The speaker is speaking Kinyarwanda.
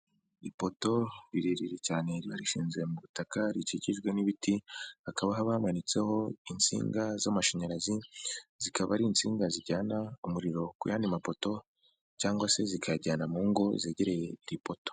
Ipoto rirerire cyane barishinze mu butaka rikikijwe n'ibiti hakaba bamanitseho insinga z'amashanyarazi zikaba ari insinga zijyana umuriro ku yandi mapoto cyangwa se zikayajyana mu ngo zegereye iri poto.